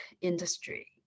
industry